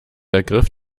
ergriff